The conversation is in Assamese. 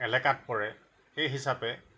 এলেকাত পৰে সেই হিচাপে